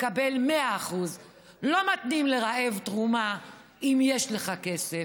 מקבל 100%. לא מתנים לרעב תרומה אם יש לך כסף.